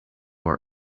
our